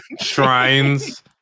shrines